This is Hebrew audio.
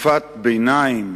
תקופת ביניים,